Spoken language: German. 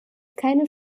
keine